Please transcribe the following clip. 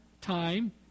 time